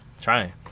Trying